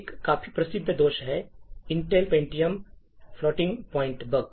एक काफी प्रसिद्ध दोष है Intel Pentium floating point bug